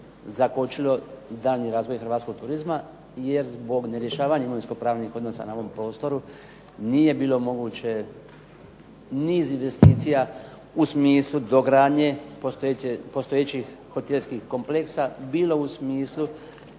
zakočilo daljnji razvoj hrvatskog turizma jer zbog nerješavanja imovinsko-pravnih odnosa na ovom prostoru nije bilo moguće niz investicija u smislu dogradnje postojećih hotelskih kompleksa, bilo u smislu